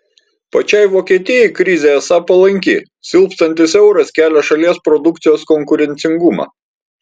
pačiai vokietijai krizė esą palanki silpstantis euras kelia šalies produkcijos konkurencingumą